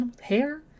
hair